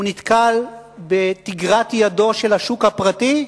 נתקל בתגרת ידו של השוק הפרטי,